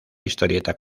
historieta